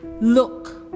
Look